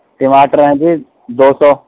ٹماٹر ہیں جی دو سو